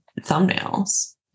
thumbnails